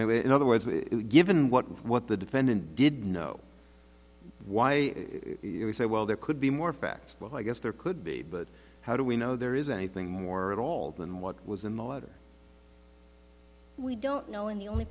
in other words given what what the defendant did know why i say well there could be more facts i guess there could be but how do we know there isn't anything more at all than what was the motive we don't know and the only